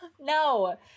no